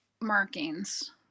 markings